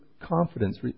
confidence